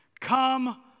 come